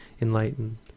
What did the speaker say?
enlightened